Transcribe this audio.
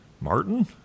Martin